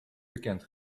bekend